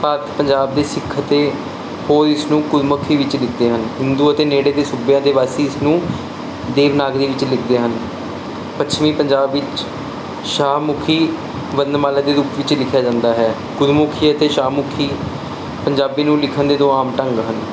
ਭਾਰਤ ਪੰਜਾਬ ਦੀ ਸਿੱਖ ਅਤੇ ਉਹ ਇਸ ਨੂੰ ਗੁਰਮੁਖੀ ਵਿੱਚ ਲਿਖਦੇ ਹਨ ਹਿੰਦੂ ਅਤੇ ਨੇੜੇ ਦੇ ਸੂਬਿਆਂ ਦੇ ਵਾਸੀ ਇਸਨੂੰ ਦੇਵਨਾਗਰੀ ਵਿੱਚ ਲਿਖਦੇ ਹਨ ਪੱਛਮੀ ਪੰਜਾਬ ਵਿੱਚ ਸ਼ਾਹਮੁਖੀ ਵਰਨਮਾਲਾ ਦੇ ਰੂਪ ਵਿੱਚ ਲਿਖਿਆ ਜਾਂਦਾ ਹੈ ਗੁਰਮੁਖੀ ਅਤੇ ਸ਼ਾਹਮੁਖੀ ਪੰਜਾਬੀ ਨੂੰ ਲਿਖਣ ਦੇ ਦੋ ਆਮ ਢੰਗ ਹਨ